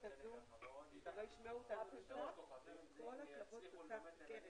הישיבה ננעלה